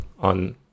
on